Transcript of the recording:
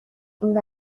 این